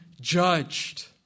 judged